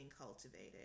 cultivated